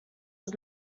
was